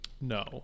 No